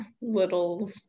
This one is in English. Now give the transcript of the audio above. little